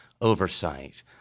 oversight